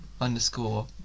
underscore